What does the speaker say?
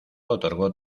otorgó